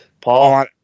Paul